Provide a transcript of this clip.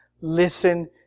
listen